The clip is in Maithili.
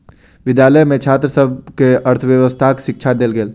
विद्यालय में छात्र सभ के अर्थव्यवस्थाक शिक्षा देल गेल